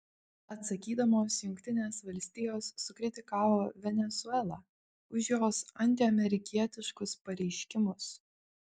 atsakydamos jungtinės valstijos sukritikavo venesuelą už jos antiamerikietiškus pareiškimus